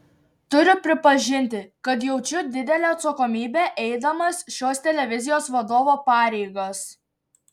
turiu pripažinti kad jaučiu didelę atsakomybę eidamas šios televizijos vadovo pareigas